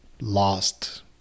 lost